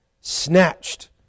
snatched